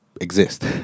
exist